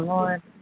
Lord